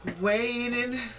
Waiting